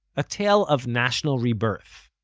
a tale of national rebirth.